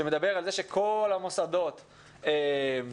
שמדברת על כך שכל המוסדות ייסגרו,